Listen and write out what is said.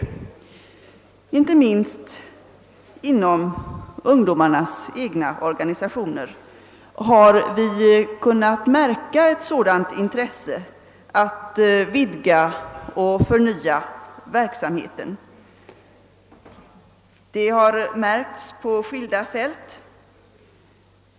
Inte minst inom ungdomarnas egna organisationer har vi kunnat märka ett intresse för att vidga och förnya verksamheten. Det har märkts på skilda fält.